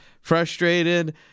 frustrated